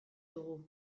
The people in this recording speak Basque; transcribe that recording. dugu